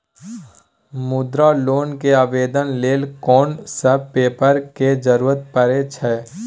मुद्रा लोन के आवेदन लेल कोन सब पेपर के जरूरत परै छै?